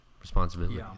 Responsibilities